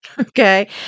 Okay